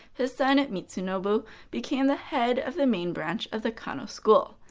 his son mitsunobu became the head of the main branch of the kano school.